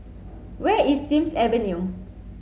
where is Sims Avenue